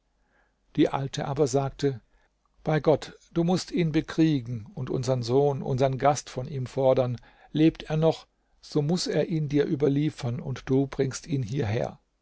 die alte aber sagte bei gott du mußt ihn bekriegen und unsern sohn unsern gast von ihm fordern lebt er noch so muß er ihn dir überliefern und du bringst ihn hierher